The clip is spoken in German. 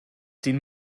den